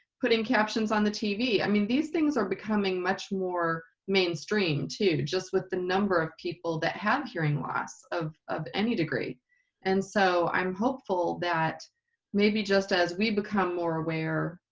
putting captions on the tv, i mean these things are becoming much more mainstream too just with the number of people that have hearing loss of of any degree and so i'm hopeful that maybe just as we become more aware